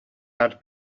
had